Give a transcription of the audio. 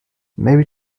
maybe